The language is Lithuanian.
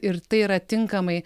ir tai yra tinkamai